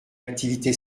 activité